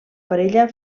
parella